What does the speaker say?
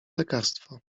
lekarstwo